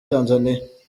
tanzaniya